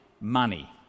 money